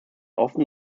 often